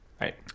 Right